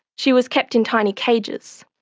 she was kept in tiny cages,